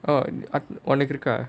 oh உனக்கு இருக்க:unnakku irukka